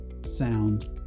sound